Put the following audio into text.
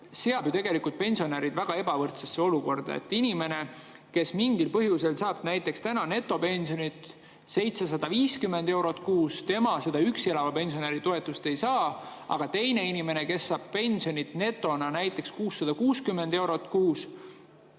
seab ju pensionärid väga ebavõrdsesse olukorda. Inimene, kes mingil põhjusel saab näiteks netopensioni 750 eurot kuus, seda üksi elava pensionäri toetust ei saa. Aga teine inimene, kes saab pensioni netona näiteks 660 eurot kuus,